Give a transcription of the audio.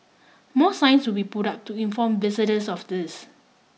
more signs will be put up to inform visitors of this